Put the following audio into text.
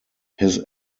his